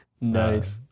Nice